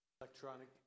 Electronic